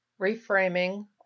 reframing